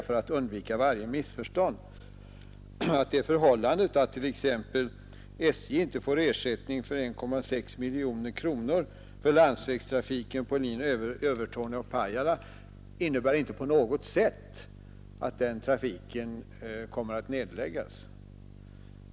För att undvika varje missförstånd vill jag också framhålla, att det förhållandet att SJ t.ex. inte får ersättning med 1,6 miljoner kronor för underskott i landsvägstrafiken på linjen Övertorneå—Pajala inte på något sätt innebär att den trafiken kommer att nedläggas.